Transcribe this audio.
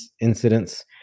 incidents